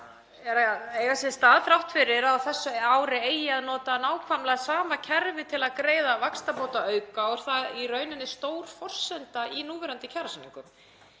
eiga sér stað þrátt fyrir að á þessu ári eigi að nota nákvæmlega sama kerfi til að greiða vaxtabótaauka og það er í rauninni stór forsenda í núverandi kjarasamningum.